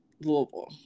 Louisville